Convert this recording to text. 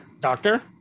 Doctor